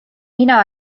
mina